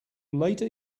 late